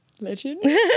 legend